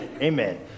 amen